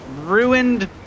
ruined